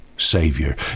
Savior